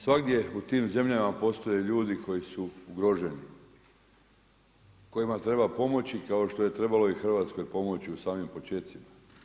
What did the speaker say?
Svagdje u tim zemljama postoje ljudi koji su ugroženi, kojima treba pomoći kao što je trebalo i Hrvatskoj pomoći u samim počecima.